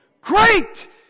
Great